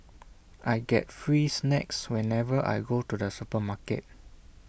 I get free snacks whenever I go to the supermarket